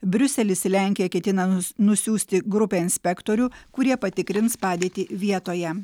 briuselis į lenkiją ketina nus nusiųsti grupę inspektorių kurie patikrins padėtį vietoje